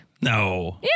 No